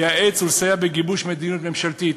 לייעץ ולסייע בגיבוש מדיניות ממשלתית.